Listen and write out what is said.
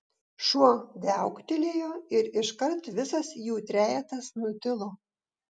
šuo viauktelėjo ir iškart visas jų trejetas nutilo